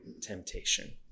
temptation